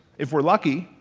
if we're lucky,